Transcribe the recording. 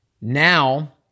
now